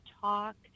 talk